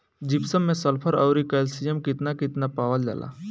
Gypsum मैं sulphur औरी calcium कितना कितना पावल जाला?